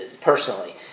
personally